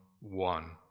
one